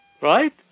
right